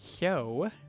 Yo